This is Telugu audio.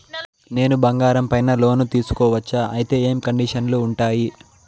నేను బంగారం పైన లోను తీసుకోవచ్చా? అయితే ఏ కండిషన్లు ఉంటాయి?